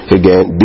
again